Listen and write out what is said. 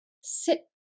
sit